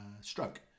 stroke